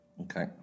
Okay